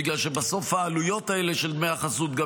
בגלל שבסוף העלויות האלה של דמי חסות גם